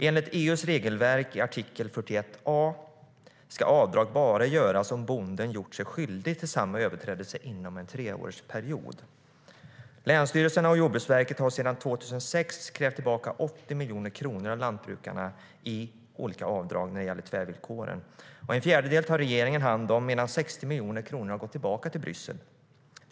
Enligt EU:s regelverk i artikel 41 a ska avdrag bara göras om bonden har gjort sig skyldig till samma överträdelse inom en treårsperiod. Länsstyrelserna och Jordbruksverket har sedan 2006 krävt tillbaka 80 miljoner kronor av lantbrukarna i olika avdrag när det gäller tvärvillkoren. En fjärdedel tar regeringen hand om, medan 60 miljoner kronor har gått tillbaka till Bryssel.